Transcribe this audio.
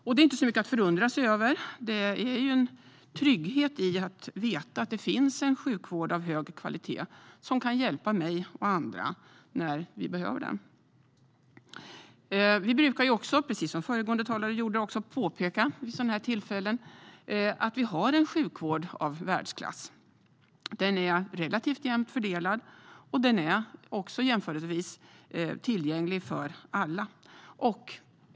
Detta är inte så mycket att förundra sig över. Det ligger en trygghet i att veta att det finns en sjukvård av hög kvalitet som kan hjälpa mig och andra när vi behöver den. Vi brukar ju, precis som föregående talare gjorde, vid sådana här tillfällen påpeka att vi har en sjukvård i världsklass. Den är relativt jämnt fördelad och jämförelsevis tillgänglig för alla.